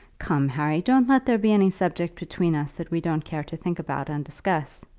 come, harry, don't let there be any subject between us that we don't care to think about and discuss.